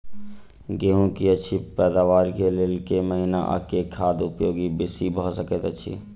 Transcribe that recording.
गेंहूँ की अछि पैदावार केँ लेल केँ महीना आ केँ खाद उपयोगी बेसी भऽ सकैत अछि?